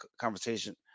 conversation